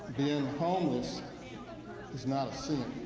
being homeless is not a sin,